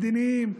מדיניים,